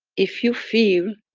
if you feel,